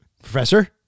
Professor